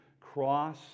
cross